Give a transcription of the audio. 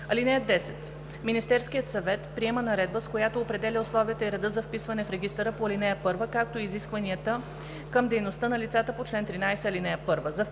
г.). (10) Министерският съвет приема наредба, с която определя условията и реда за вписване в регистъра по ал. 1, както и изискванията към дейността на лицата по чл. 13, ал. 1.